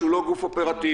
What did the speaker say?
שהוא לא גוף אופרטיבי,